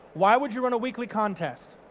why would you run a weekly contest?